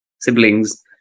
siblings